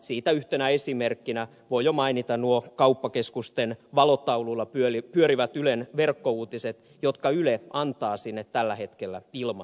siitä yhtenä esimerkkinä voi jo mainita nuo kauppakeskusten valotaululla pyörivät ylen verkkouutiset jotka yle antaa sinne tällä hetkellä ilmaiseksi